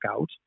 out